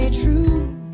true